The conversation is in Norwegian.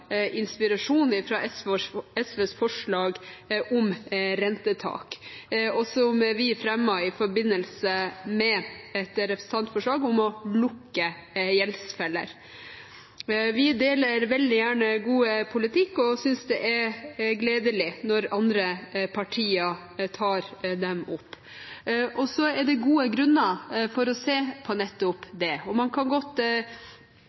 SVs forslag om rentetak, som vi fremmet i forbindelse med et representantforslag om å lukke gjeldsfeller. Vi deler veldig gjerne god politikk, og synes det er gledelig når andre partier tar den opp. Så er det gode grunner til å se på nettopp det. Man kan godt